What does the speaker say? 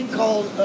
called